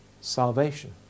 salvation